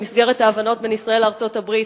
במסגרת ההבנות בין ישראל לארצות-הברית,